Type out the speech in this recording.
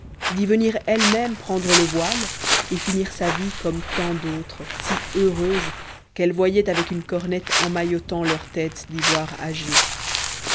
d'y venir elle-même prendre le voile et finir sa vie comme tant dautres si heureuses qu'elle voyait avec une cornette emmaillotant leur tête d'ivoire âgé